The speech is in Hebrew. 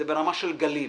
זה ברמה של גלים,